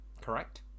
correct